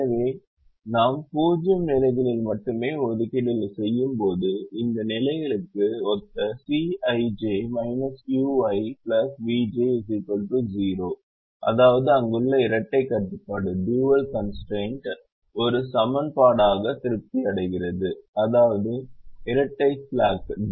எனவே நாம் 0 நிலைகளில் மட்டுமே ஒதுக்கீடுகளைச் செய்யும்போது இந்த நிலைகளுக்கு ஒத்த Cij ui vj 0 அதாவது அங்குள்ள இரட்டைக் கட்டுப்பாடு ஒரு சமன்பாடாக திருப்தி அடைகிறது அதாவது இரட்டை ஸ்லாக் மதிப்பு 0 ஆகும்